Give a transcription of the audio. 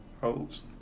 holds